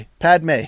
Padme